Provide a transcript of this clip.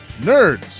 Nerds